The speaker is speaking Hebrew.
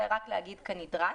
אלא רק להגיד "כנדרש".